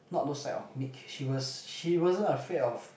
not those side of meek she was she wasn't afraid of